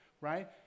right